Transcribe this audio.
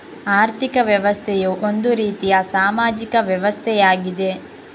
ಆರ್ಥಿಕ ವ್ಯವಸ್ಥೆಯು ಒಂದು ರೀತಿಯ ಸಾಮಾಜಿಕ ವ್ಯವಸ್ಥೆಯಾಗಿದೆ